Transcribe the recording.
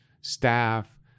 staff